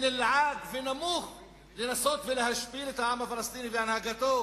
נלעג ונמוך להשפיל את העם הפלסטיני ואת הנהגתו,